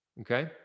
okay